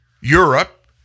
Europe